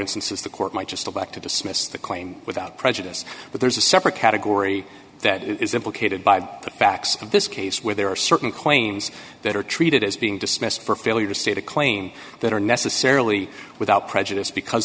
instances the court might just go back to dismiss the claim without prejudice but there's a separate category that is implicated by the facts of this case where there are certain claims that are treated as being dismissed for failure to state a claim that are necessarily without prejudice because